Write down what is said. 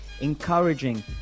encouraging